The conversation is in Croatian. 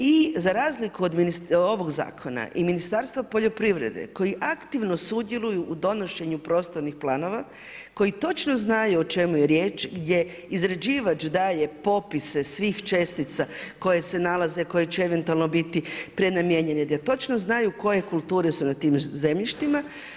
I za razliku od ovog zakona i Ministarstva poljoprivrede koji aktivno sudjeluju u donošenju prostornih planova, koji točno znaju o čemu je riječ gdje izrađivač daje popise svih čestica koje se nalaze, koje će eventualno biti prenamijenjene, da točno znaju koje kulture su na tim zemljištima.